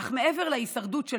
אך מעבר להישרדות,